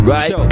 Right